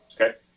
Okay